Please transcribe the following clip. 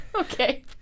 Okay